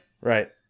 Right